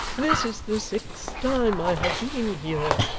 this is the sixth time i have been here.